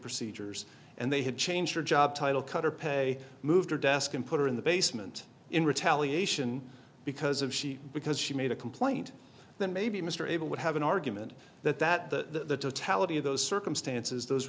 procedures and they had changed her job title cut her pay moved her desk and put her in the basement in retaliation because of she because she made a complaint that maybe mr abel would have an argument that that the taliban in those circumstances those